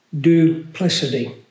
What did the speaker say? duplicity